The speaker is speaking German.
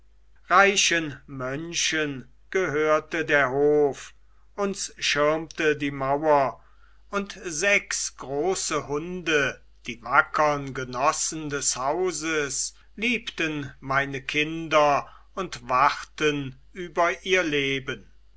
reichen mönchen gehörte der hof uns schirmte die mauer und sechs große hunde die wackern genossen des hauses liebten meine kinder und wachten über ihr leben